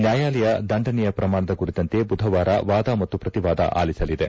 ನ್ವಾಯಾಲಯ ದಂಡನೆಯ ಪ್ರಮಾಣದ ಕುರಿತಂತೆ ಬುಧವಾರ ವಾದ ಮತ್ತು ಪ್ರತಿವಾದ ಆಲಿಸಲಿದೆ